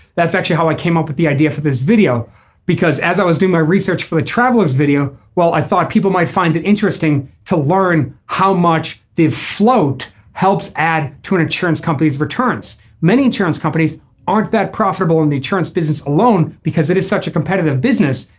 that's actually how i came up with the idea for this video because as i was doing my research for a traveler's video well i thought people might find it interesting to learn how much the float helps add to an insurance company's returns many insurance companies aren't that profitable in the insurance business alone because it is such a competitive business.